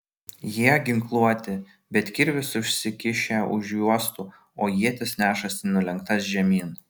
jie ginkluoti bet kirvius užsikišę už juostų o ietis nešasi nulenktas žemyn